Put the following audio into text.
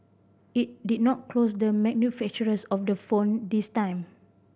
it did not close the manufacturers of the phone this time